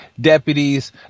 deputies